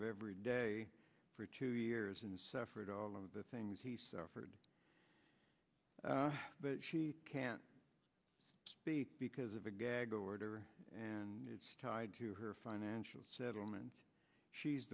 of every day for two years and suffered all of the things he suffered but she can't speak because of a gag order and it's tied to her financial settlement she's